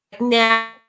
now